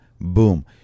Boom